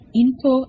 info